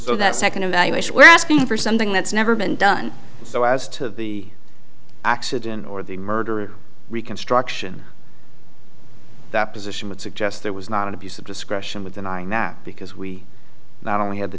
evaluation we're asking for something that's never been done so as to the accident or the murder reconstruction that position would suggest there was not an abuse of discretion with denying that because we not only had the